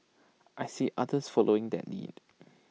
I see others following that lead